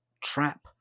trap